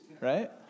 right